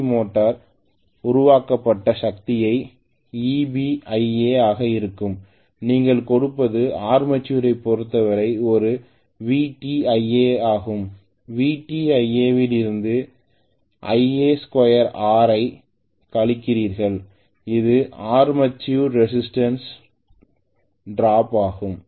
C மோட்டரில் உருவாக்கப்பட்ட சக்தி EbIa ஆக இருக்கும் நீங்கள் கொடுப்பது ஆர்மேச்சரைப் பொருத்தவரை ஒருVtIa ஆகும் VtIa வில் இருந்து Ia2Ra ஐக் கழிக்கிறீர்கள் இது ஆர்மேச்சர் ரெசிஸ்டன்ஸ் டிராப் ஆகும்